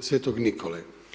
Svetog Nikole.